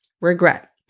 Regret